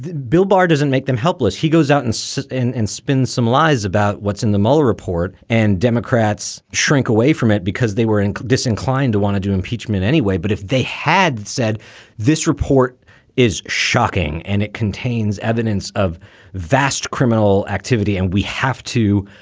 bill barr doesn't make them helpless. he goes out and so says and spins some lies about what's in the mueller report and democrats shrink away. it because they were in disinclined to want to do impeachment anyway. but if they had said this report is shocking and it contains evidence of vast criminal activity and we have to